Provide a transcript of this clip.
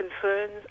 concerns